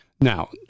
now